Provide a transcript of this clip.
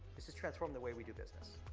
this is transforming the way we do business.